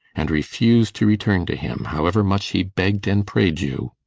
and refused to return to him, however much he begged and prayed you?